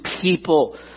people